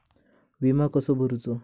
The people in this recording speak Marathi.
विमा कसो भरूचो?